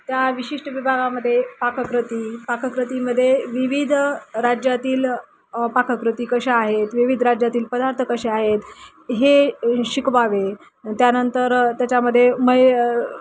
त्या विशिष्ट विभागामध्ये पाककृती पाककृतीमध्ये विविध राज्यातील पाककृती कशा आहेत विविध राज्यातील पदार्थ कसे आहेत हे शिकवावे त्यानंतर त्याच्यामध्ये मै